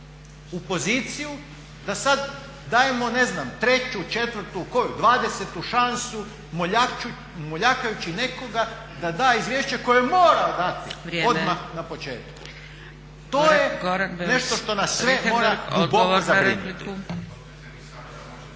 u poziciju da sad dajemo ne znam treću, četvrtu, koju dvadesetu šansu moljakajući nekoga da izvješće koje je morao dati odmah na početku. To je nešto što nas sve mora duboko zabrinuti.